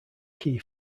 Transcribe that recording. key